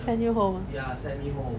send you home